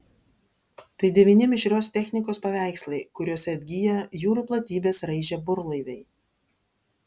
tai devyni mišrios technikos paveikslai kuriose atgyja jūrų platybes raižę burlaiviai